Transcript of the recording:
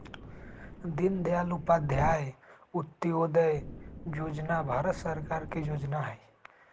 दीनदयाल उपाध्याय अंत्योदय जोजना भारत सरकार के जोजना हइ